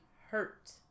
hurt